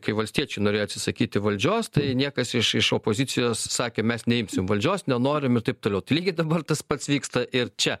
kai valstiečiai norėjo atsisakyti valdžios tai niekas iš iš opozicijos sakė mes neimsim valdžios nenorim ir taip toliau tai lygiai dabar tas pats vyksta ir čia